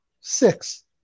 Six